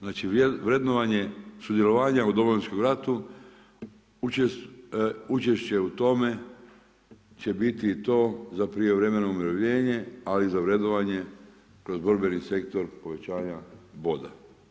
Znači vrednovanje sudjelovanja u Domovinskom ratu učešće u tome će biti to za prijevremeno umirovljenje, ali i za vrednovanje kroz borbeni sektor povećanja boda.